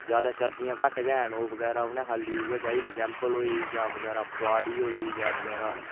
ज्यादा चरदिया घट्ट गै हैन बगैरा उ'नें खाल्ली उ'ऐ चाहिदी केम्बल होई गेई जां बगैरा फोआढ़ी होई गेई जां बगैरा